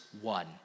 one